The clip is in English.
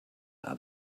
are